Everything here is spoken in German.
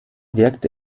wirkte